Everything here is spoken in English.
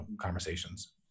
conversations